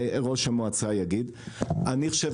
ראש המועצה יגיד, אני חושב